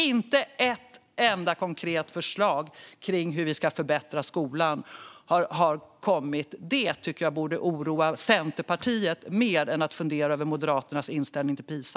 Inte ett enda konkret förslag om hur vi ska förbättra skolan har kommit. Detta tycker jag borde oroa Centerpartiet mer än Moderaternas inställning till PISA.